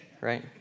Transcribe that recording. Right